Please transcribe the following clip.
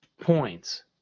points